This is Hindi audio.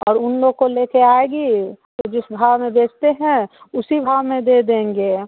और उन लोग को ले कर आएगी तो जिस भाव में बेचते हैं उसी भाव में दे देंगे